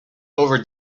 over